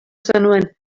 zenuen